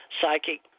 Psychic